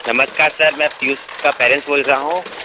नमस्कार सर मैं पीयूष का पेरेंट्स बोल रहा हूँ